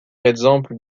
exemple